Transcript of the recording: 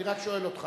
אני רק שואל אותך,